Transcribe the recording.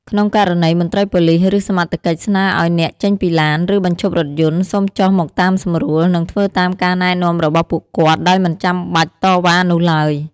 ក្នុងករណីមន្ត្រីប៉ូលិស ឬសមត្ថកិច្ច ស្នើឲ្យអ្នកចេញពីឡាន ឬបញ្ឈប់រថយន្ត សូមចុះមកតាមសម្រួល និងធ្វើតាមការណែនាំរបស់ពួកគាត់ដោយមិនចាំបាច់តវ៉ានោះឡើយ។